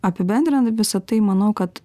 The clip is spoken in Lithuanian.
apibendrinant visą tai manau kad